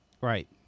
Right